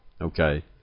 Okay